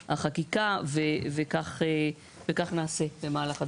לטיוב החקיקה, וכך נעשה במהלך הדיון.